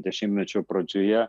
dešimtmečio pradžioje